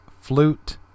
flute